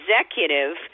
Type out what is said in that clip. executive